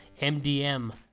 MDM